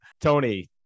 Tony